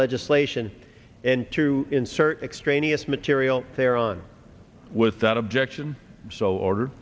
legislation and to insert extraneous material there on without objection so or